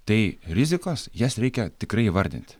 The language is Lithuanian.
tai rizikos jas reikia tikrai įvardinti